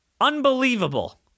Unbelievable